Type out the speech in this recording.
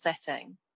setting